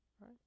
right